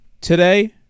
today